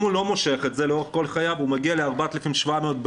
אם הוא לא מושך את זה לאורך כל חייו הוא מגיע ל-4,700 בערך,